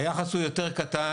היחס הוא יותר קטן.